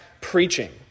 preaching